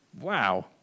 Wow